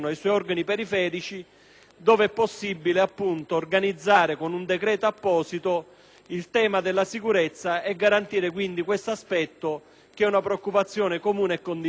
dove è possibile organizzare con un decreto apposito il tema della sicurezza e garantire quindi questo aspetto. È una preoccupazione comune e condivisa.